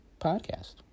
podcast